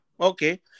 okay